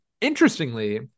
Interestingly